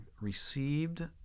received